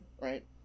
right